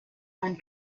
ein